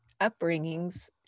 upbringings